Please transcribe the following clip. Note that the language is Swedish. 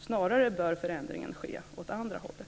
Snarare bör förändringen ske åt andra hållet.